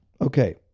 Okay